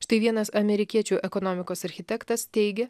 štai vienas amerikiečių ekonomikos architektas teigia